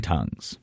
Tongues